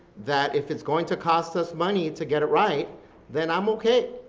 that if it's going to cost us money to get it right then i'm okay.